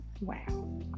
Wow